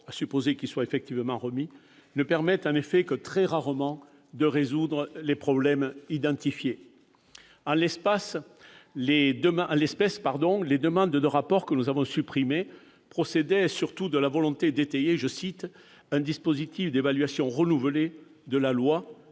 à supposer qu'ils soient effectivement remis, ne permettent en effet que très rarement de résoudre les problèmes identifiés. En l'espèce, les demandes de rapports que nous avons supprimées procédaient surtout de la volonté d'étayer « un dispositif d'évaluation renouvelé » de la loi,